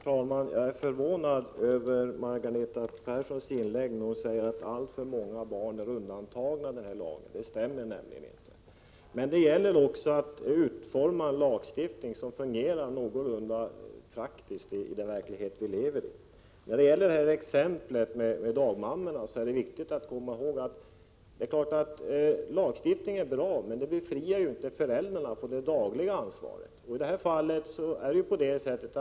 Herr talman! Jag är förvånad över Margareta Perssons inlägg, när hon säger att alltför många barn är undantagna i denna lag. Detta stämmer nämligen inte. Det gäller att utforma en lagstiftning som också fungerar någorlunda praktiskt i den verklighet vi lever i. Beträffande exemplet med dagmammorna vill jag säga att det är klart att det vore bra med en lagstiftning. Men man skall komma ihåg att en sådan inte skulle befria föräldrarna från det dagliga ansvaret.